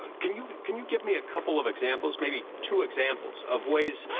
can you can you give me a couple of examples, maybe two examples of ways